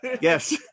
Yes